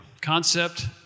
concept